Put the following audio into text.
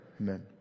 Amen